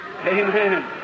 Amen